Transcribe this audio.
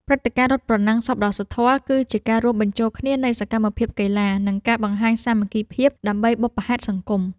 ព្រឹត្តិការណ៍រត់ប្រណាំងសប្បុរសធម៌ គឺជាការរួមបញ្ចូលគ្នានៃសកម្មភាពកីឡា និងការបង្ហាញសាមគ្គីភាព ដើម្បីបុព្វហេតុសង្គម។